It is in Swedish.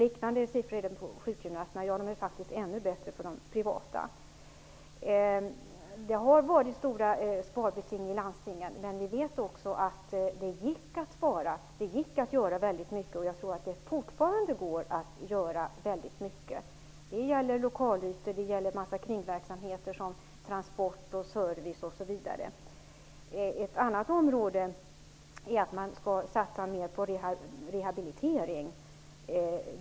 Liknande siffror finns för sjukgymnasterna, ja, siffrorna är faktiskt ännu bättre för de privata sjukgymnasterna. Det har varit stora sparbeting i landstingen, men vi vet också att det gick att spara. Det gick att göra väldigt mycket, och jag tror att det fortfarande går att göra väldigt mycket. Det gäller lokalytor och en massa kringverksamhet som transport och service osv. Ett annat område är att man skall satsa mer på rehabilitering.